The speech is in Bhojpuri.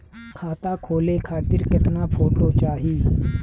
खाता खोले खातिर केतना फोटो चाहीं?